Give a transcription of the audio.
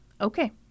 Okay